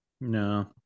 No